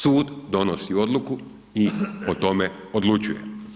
Sud donosi odluku i o tome odlučuje.